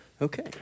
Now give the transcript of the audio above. Okay